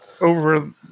over